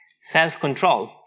Self-control